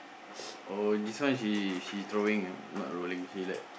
oh this one she she throwing not rolling she like